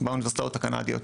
באוניברסיטאות הקנדיות.